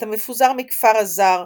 את המפוזר מכפר אז"ר